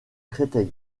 créteil